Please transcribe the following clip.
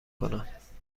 کنم